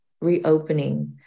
reopening